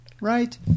Right